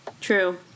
True